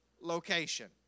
Location